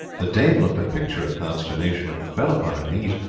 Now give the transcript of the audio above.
the dame looked a picture of consternation and fell upon her knees.